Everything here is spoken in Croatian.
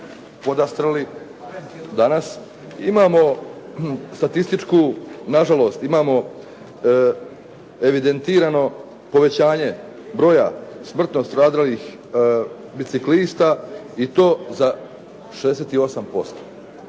podastrli danas, imamo statističku, nažalost imamo evidentirano povećanje broja smrtno stradalih biciklista i to za 68%.